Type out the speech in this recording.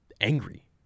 angry